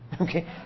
Okay